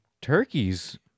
turkeys